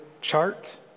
chart